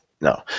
no